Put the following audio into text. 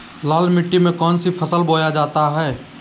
लाल मिट्टी में कौन सी फसल बोया जाता हैं?